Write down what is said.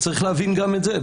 צריך להבין גם את זה.